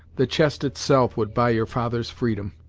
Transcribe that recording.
the chest itself would buy your father's freedom,